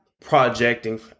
projecting